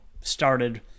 started